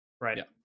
right